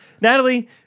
Natalie